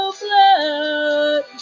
blood